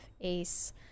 ace